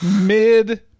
Mid